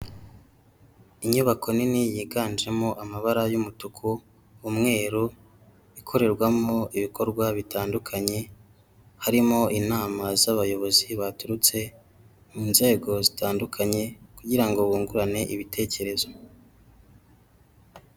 Inyubako nini yiganjemo amabara y'umutuku, umweru ikorerwamo ibikorwa bitandukanye, harimo inama z'abayobozi baturutse mu nzego zitandukanye kugira ngo bungurane ibitekerezo.